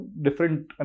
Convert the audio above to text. different